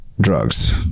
drugs